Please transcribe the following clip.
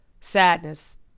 sadness